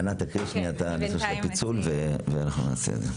ענת, תקריאי את הפיצול ונעשה את זה.